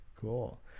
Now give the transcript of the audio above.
cool